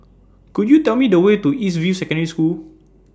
Could YOU Tell Me The Way to East View Secondary School